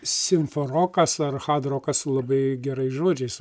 simforokas ar hardrokas su labai gerais žodžiais